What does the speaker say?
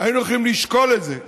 היינו יכולים לשקול את זה.